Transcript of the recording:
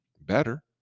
better